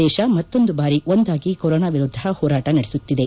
ದೇಶ ಮತ್ತೊಂದು ಬಾರಿ ಒಂದಾಗಿ ಕೊರೋನಾ ವಿರುದ್ಧ ಹೋರಾಟ ನಡೆಸುತ್ತಿದೆ